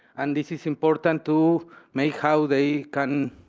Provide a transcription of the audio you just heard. and this is important to make how they can